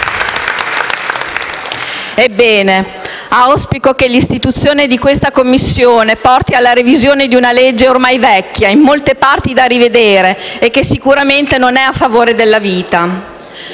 Ebbene, auspico che l'istituzione di questa Commissione porti alla revisione di una legge ormai vecchia e in molte parti da rivedere e che sicuramente non è a favore della vita.